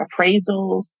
appraisals